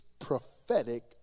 prophetic